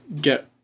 get